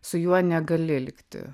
su juo negali likti